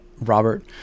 Robert